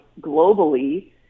globally